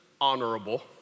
honorable